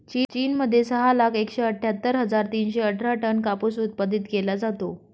चीन मध्ये सहा लाख एकशे अठ्ठ्यातर हजार तीनशे अठरा टन कापूस उत्पादित केला जातो